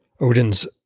Odin's